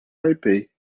taipei